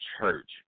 church